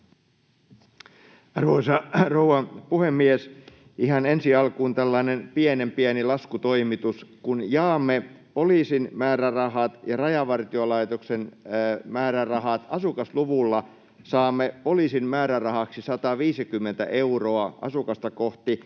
Arvoisa rouva puhemies! Ihan ensi alkuun tällainen pienen pieni laskutoimitus. Kun jaamme poliisin määrärahat ja Rajavartiolaitoksen määrärahat asukasluvulla, saamme poliisin määrärahaksi 150 euroa asukasta kohti